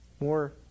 more